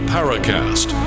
Paracast